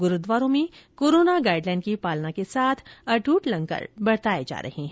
गुरूद्वारों में corona guideline की पालना के साथ अट्ट लंगर बरताये जा रहे हैं